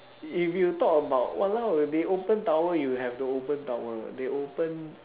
if you talk about !walao! when they open tower you have to open tower they open